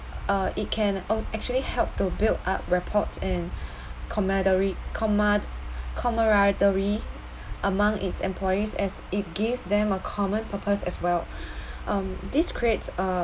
uh it can uh actually help to build up rapports and comederit commad camaraderie among its employees as it gives them a common purpose as well um this creates a